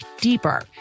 deeper